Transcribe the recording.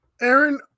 Aaron